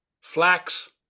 Flax